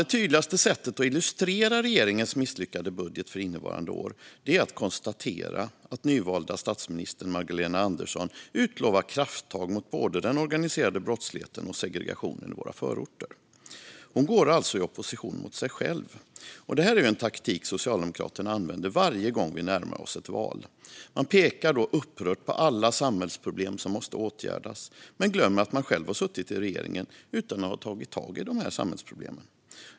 Det tydligaste sättet att illustrera regeringens misslyckade budget för innevarande år är att konstatera att den nyvalda statsministern Magdalena Andersson utlovar krafttag mot både den organiserade brottsligheten och segregationen i våra förorter. Hon går alltså i opposition mot sig själv. Detta är en taktik som Socialdemokraterna använder varje gång vi närmar oss ett val. Man pekar då upprört på alla samhällsproblem som måste åtgärdas men glömmer att man själv har suttit i regeringen utan att ha tagit tag i dessa samhällsproblem.